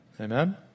Amen